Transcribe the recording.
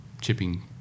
chipping